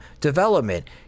development